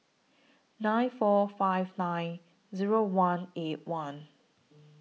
nine four five nine Zero one eight one